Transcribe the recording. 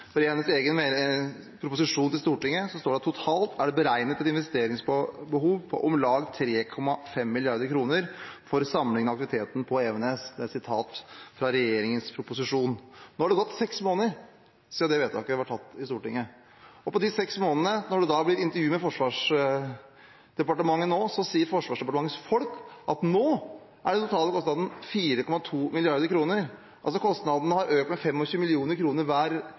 for oppfølgingsspørsmål – først Trygve Slagsvold Vedum. Vi merker oss at statsråden nå ikke vil bruke tall. Det er en kjent taktikk når man har dårlige tall å komme med. I hennes egen proposisjon til Stortinget står det: «Totalt er det beregnet et investeringsbehov på om lag 3,5 mrd. kroner for samlingen av aktiviteten på Evenes.» Det er et sitat fra regjeringens proposisjon. Nå er det gått seks måneder siden det vedtaket ble gjort i Stortinget. På de seks månedene – når det blir intervju med Forsvarsdepartementet nå, sier Forsvarsdepartementets folk at nå er den